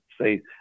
say